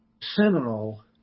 seminal